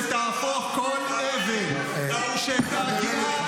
שתהפוך כל אבן -- ולדימיר,